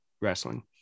wrestling